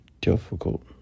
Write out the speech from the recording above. difficult